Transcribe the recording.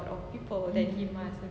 mmhmm